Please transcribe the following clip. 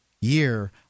year